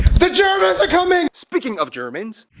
the germans are coming! speaking of germans,